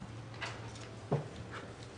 הבא.